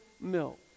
milk